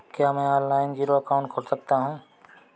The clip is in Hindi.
क्या मैं ऑनलाइन जीरो अकाउंट खोल सकता हूँ?